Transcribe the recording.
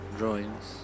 drawings